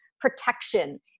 protection